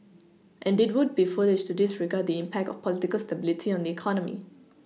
and it would be foolish to disregard the impact of political stability on the economy